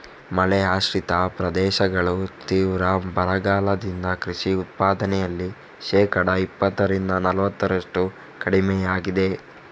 ಮಳೆ ಆಶ್ರಿತ ಪ್ರದೇಶಗಳು ತೀವ್ರ ಬರಗಾಲದಿಂದ ಕೃಷಿ ಉತ್ಪಾದನೆಯಲ್ಲಿ ಶೇಕಡಾ ಇಪ್ಪತ್ತರಿಂದ ನಲವತ್ತರಷ್ಟು ಕಡಿಮೆಯಾಗಿದೆ